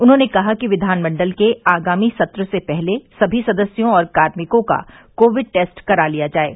उन्होंने कहा कि विधानमंडल के आगामी सत्र से पहले सभी सदस्यों और कार्मिको का कोविड टेस्ट करा लिया जाये